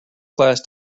class